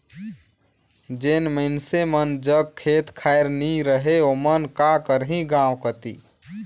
जेन मइनसे मन जग खेत खाएर नी रहें ओमन का करहीं गाँव कती